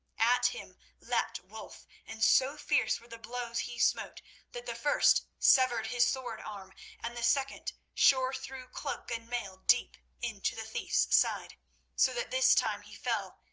at him leapt wulf, and so fierce were the blows he smote that the first severed his sword arm and the second shore through cloak and mail deep into the thief's side so that this time he fell,